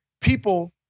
people